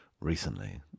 recently